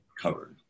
covered